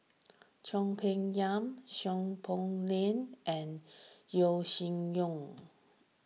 Peng Yam Seow Poh Leng and Yeo Shih Yun